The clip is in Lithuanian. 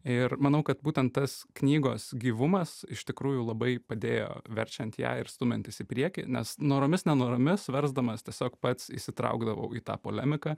ir manau kad būtent tas knygos gyvumas iš tikrųjų labai padėjo verčiant ją ir stumiantis į priekį nes noromis nenoromis versdamas tiesiog pats įsitraukdavau į tą polemiką